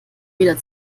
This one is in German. wieder